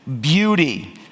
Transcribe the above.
beauty